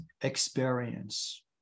experience